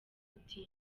putin